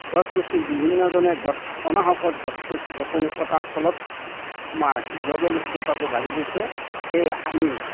গছ গছনি বিভিন্নজনে গছ অনাহকত গছ গছনি কটাৰ ফলত আমাৰ গ্ল'ৱেল উষ্ণতাটো বাঢ়ি গৈছে সেয়ে আমি